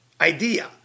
idea